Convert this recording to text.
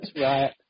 right